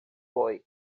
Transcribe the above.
boi